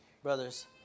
Brothers